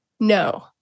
No